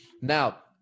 now